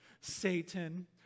Satan